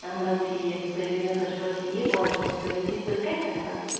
اَہَن حظ ٹھیٖک تُہۍ ؤنِو تُہۍ چھِوا ٹھیٖک اوڑٕ چھِوا سٲری ٹھیٖک تُہۍ کَتہِ پٮ۪ٹھ حظ